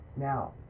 Now